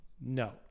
no